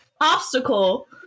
obstacle